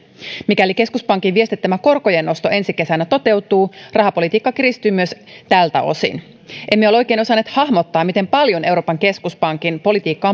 mikäli keskuspankin viestittämä korkojen nosto ensi kesänä toteutuu rahapolitiikka kiristyy myös tältä osin emme ole oikein osanneet hahmottaa miten paljon euroopan keskuspankin politiikka